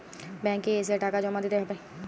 Bank এ এসে টাকা জমা দিতে হবে?